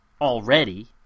already